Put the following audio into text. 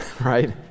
right